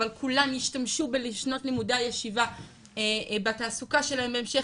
אבל כולם השתמשו בשנות לימודי הישיבה בתעסוקה שלהם בהמשך,